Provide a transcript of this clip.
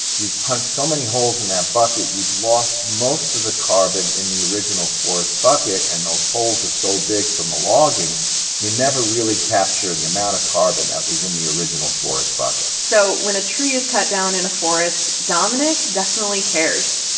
you've punched so many holes in that bucket you've lost most of the carbon in the original forest bucket. and those holes are so big from the logging you never really capture the amount of carbon that was in the original forest bucket so when a tree is cut down in a forest, dominick definitely cares.